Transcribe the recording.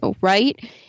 right